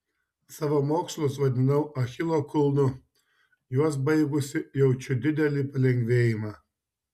savo mokslus vadinau achilo kulnu juos baigusi jaučiu didelį palengvėjimą